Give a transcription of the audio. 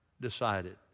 decided